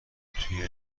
توی